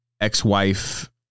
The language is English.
ex-wife